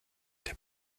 des